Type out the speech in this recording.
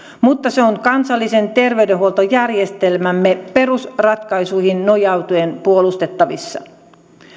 mutta se on kansallisen terveydenhuoltojärjestelmämme perusratkaisuihin nojautuen puolustettavissa